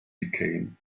became